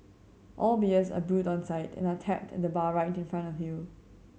all beers are brewed on site and are tapped at the bar right in front of you